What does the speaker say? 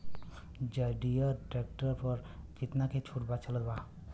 जंडियर tractor पर कितना के छूट चलत बा?